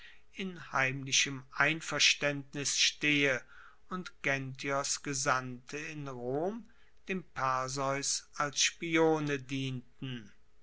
in heimlichem einverstaendnis stehe und genthios gesandte in rom dem perseus als spione dienten